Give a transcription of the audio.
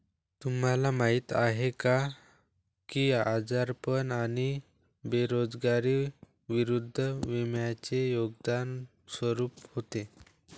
तुम्हाला माहीत आहे का की आजारपण आणि बेरोजगारी विरुद्ध विम्याचे योगदान स्वरूप होते?